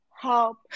help